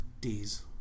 D's